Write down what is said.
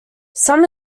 some